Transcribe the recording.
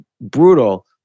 brutal